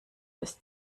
bis